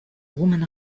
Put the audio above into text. woman